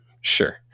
sure